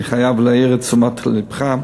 אני חייב להעיר את תשומת לבך.